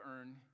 earn